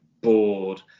bored